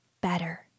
better